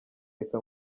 reka